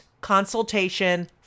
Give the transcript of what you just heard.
consultation